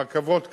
רכבות קלות,